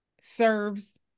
serves